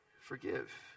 Forgive